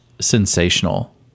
sensational